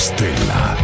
Stella